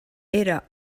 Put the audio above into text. era